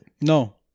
No